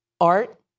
art